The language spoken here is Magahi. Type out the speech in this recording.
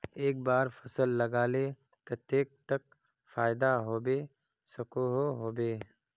एक बार फसल लगाले कतेक तक फायदा होबे सकोहो होबे?